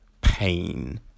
pain